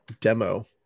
demo